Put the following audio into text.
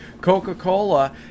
Coca-Cola